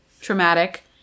traumatic